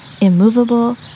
immovable